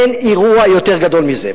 אין אירוע יותר גדול מזה.